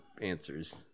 answers